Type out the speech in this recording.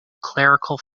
clerical